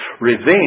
Revenge